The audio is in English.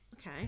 Okay